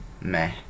meh